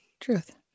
Truth